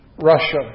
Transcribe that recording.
Russia